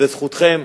זו זכותכם,